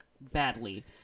badly